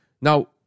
Now